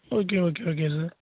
okay okay okay sir